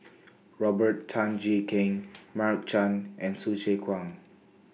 Robert Tan Jee Keng Mark Chan and Hsu Tse Kwang